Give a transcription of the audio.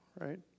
right